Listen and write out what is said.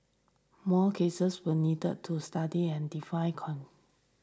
more cases will need to studied and define con